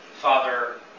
Father